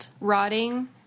rotting